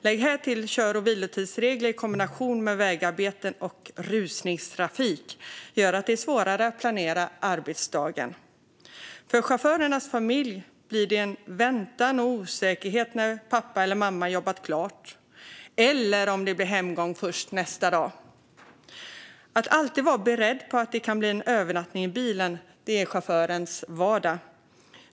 Lägg härtill kör och vilotidsregler i kombination med vägarbeten och rusningstrafik som gör det svårare att planera arbetsdagen. För chaufförernas familjer blir det väntan och osäkerhet om när pappa eller mamma har jobbat klart eller om det blir hemgång först nästa dag. Att alltid vara beredd på att det kan bli en övernattning i bilen är chaufförens vardag.